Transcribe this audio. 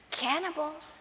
Cannibals